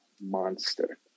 monster